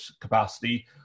capacity